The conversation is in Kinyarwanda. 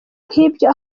nk’ibyo